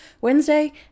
Wednesday